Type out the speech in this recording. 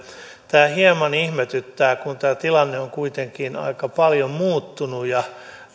tämä hieman ihmetyttää kun tämä tilanne on kuitenkin aika paljon muuttunut ja